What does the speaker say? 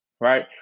right